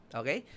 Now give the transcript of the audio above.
okay